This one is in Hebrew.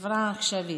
לחברה העכשווית.